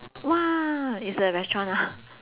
!wah! it's a restaurant ah